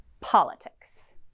politics